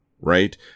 right